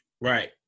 Right